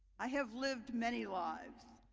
i have lived many lives,